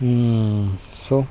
so